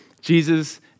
Jesus